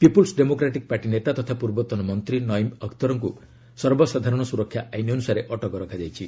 Peoples democratic party ନେତା ତଥା ପୂର୍ବତନ ମନ୍ତ୍ରୀ ନଇମ୍ ଅଖତରଙ୍କୁ ସର୍ବସାଧାରଣ ସୁରକ୍ଷା ଆଇନ୍ ଅନୁସାରେ ଅଟକ ରଖାଯାଇଛି